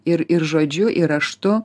ir ir žodžiu ir raštu